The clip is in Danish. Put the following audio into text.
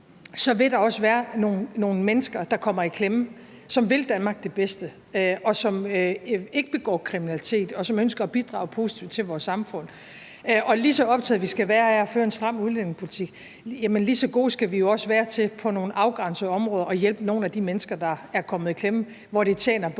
– vil der også være nogle mennesker, som vil Danmark det bedste, som ikke begår kriminalitet, og som ønsker at bidrage positivt til vores samfund, der kommer i klemme, og lige så optaget vi skal være af at føre en stram udlændingepolitik, lige så gode skal vi jo også være til på nogle afgrænsede områder at hjælpe nogle af de mennesker, der er kommet i klemme, og hvor det tjener både